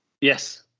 Yes